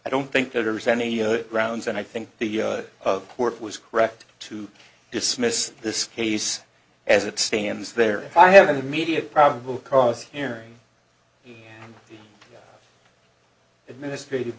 i don't think that has any grounds and i think the court was correct to dismiss this case as it stands there if i have an immediate probable cause hearing the administrative